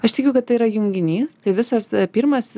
aš tikiu kad tai yra junginys tai visas pirmas